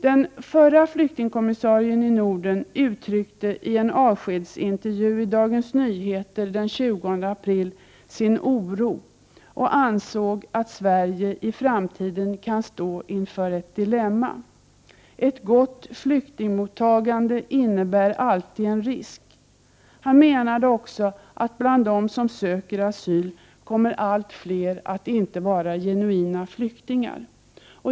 Den förre flyktingkommissarien i Norden uttryckte i en avskedsintervju i Dagens Nyheter den 20 april sin oro och ansåg att Sverige i framtiden kan stå inför ett dilemma. Ett gott flyktingmottagande innebär alltid en risk. Han menade också att bland dem som söker asyl kommer allt fler att inte vara genuina flyktingar.